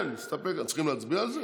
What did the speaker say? צריכים להצביע על זה?